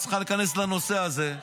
צריכה להיכנס לנושא הזה,